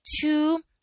two